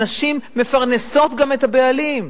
הנשים מפרנסות גם את הבעלים.